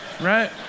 right